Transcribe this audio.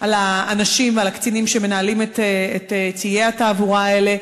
על האנשים ועל הקצינים שמנהלים את ציי התעבורה האלה.